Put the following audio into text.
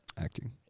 Acting